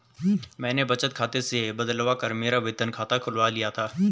मैंने बचत खाते से बदलवा कर मेरा वेतन खाता खुलवा लिया था